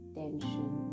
tension